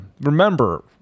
remember